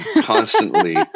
constantly